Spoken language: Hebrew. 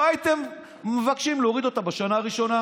לא הייתם מבקשים להוריד אותה בשנה הראשונה.